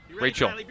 Rachel